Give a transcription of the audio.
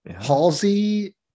Halsey